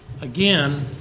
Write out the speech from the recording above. again